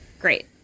Great